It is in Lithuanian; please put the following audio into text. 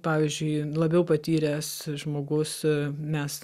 pavyzdžiui labiau patyręs žmogus mes